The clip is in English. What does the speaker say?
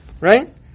right